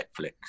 Netflix